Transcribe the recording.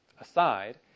aside